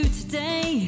today